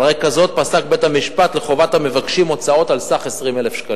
על רקע זאת פסק בית-המשפט לחובת המבקשים הוצאות על סך 20,000 שקלים.